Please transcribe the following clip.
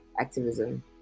activism